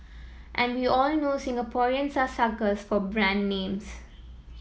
and we all know Singaporeans are suckers for brand names